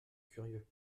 curieux